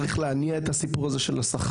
צריך להניע את הסיפור הזה של השכר.